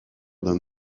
d’un